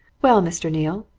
well, mr. neale,